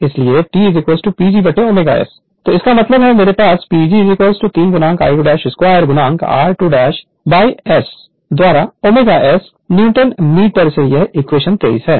इसलिए इसका मतलब है मेरे PG 3 I2 2 r2 S द्वारा ω S न्यूटन मीटर में यह इक्वेशन 23 है